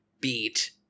beat